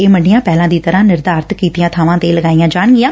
ਇਹ ਮੰਡੀਆਂ ਪਹਿਲਾਂ ਦੀ ਤਰੂਾਂ ਹੀ ਨਿਰਧਾਰਿਤ ਕੀਤੀਆਂ ਬਾਵਾਂ ਤੇ ਹੀ ਲਗਈਆਂ ਜਾਣਗੀਆਂ